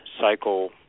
cycle